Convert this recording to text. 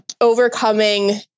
Overcoming